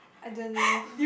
I don't know